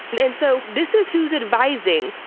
and and so this is who's advising,